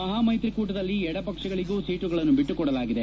ಮಹಾಮ್ನೆತ್ರಿಕೂಟದಲ್ಲಿ ಎಡಪಕ್ಷಗಳಿಗೂ ಸೀಟುಗಳನ್ನು ಬಿಟ್ಲುಕೊಡಲಾಗಿದೆ